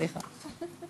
סליחה.